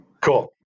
Cool